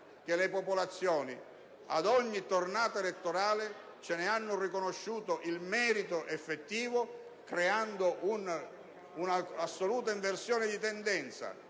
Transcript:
che le popolazioni, ad ogni tornata elettorale, ce ne hanno riconosciuto il merito effettivo, creando un'assoluta inversione di tendenza